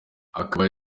akaba